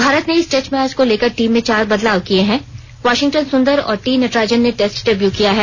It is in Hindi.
भारत ने इस टेस्ट मैच को लेकर टीम में चार बदलाव किए हैं वाशिंगटन सुंदर और टी नटराजन ने टेस्ट डेब्यू किया है